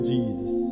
Jesus